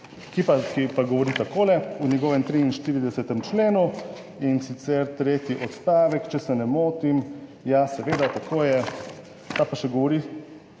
ki pa govori takole, v njegovem 43. členu, in sicer tretji odstavek, če se ne motim, ja, seveda, tako je, pa še govori,